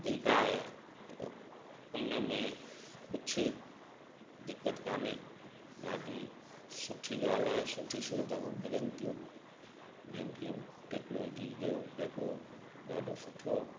वधीक आहे हुन में कुझु दिक़त कान्हे ॾाढी सुठी ॻाल्हि आहे सुठी सुविधाऊं मिलनि थियूं बैंकिंग टेक्नोलॉजी जो जेको ॾाढो सुठो